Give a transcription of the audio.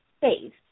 faith